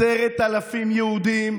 10,000 יהודים,